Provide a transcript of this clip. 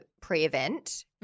pre-event